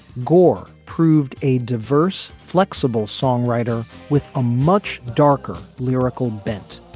gore proved a diverse flexible songwriter with a much darker lyrical bent.